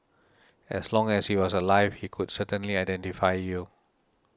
as long as he was alive he could certainly identify you